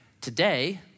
today